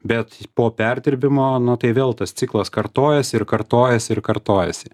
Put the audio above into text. bet po perdirbimo nu tai vėl tas ciklas kartojasi ir kartojasi ir kartojasi